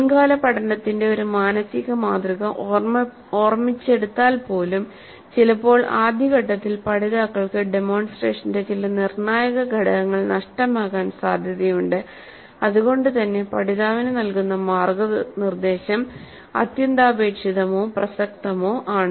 മുൻകാല പഠനത്തിന്റെ ഒരു മാനസിക മാതൃക ഓർമിച്ചെടുത്താൽ പോലും ചിലപ്പോൾ ആദ്യഘട്ടത്തിൽ പഠിതാക്കൾക്ക് ഡെമോൺസ്ട്രേഷന്റെ ചില നിർണ്ണായക ഘടകങ്ങൾ നഷ്ടമാകാൻ സാധ്യതയുണ്ട്അതുകൊണ്ട് തന്നെ പഠിതാവിനു നൽകുന്ന മാർഗ്ഗനിർദ്ദേശം അത്യന്താപേക്ഷിതമോ പ്രസക്തമോ ആണ്